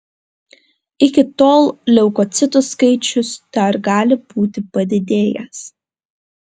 iki tol leukocitų skaičius dar gali būti padidėjęs